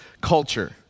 culture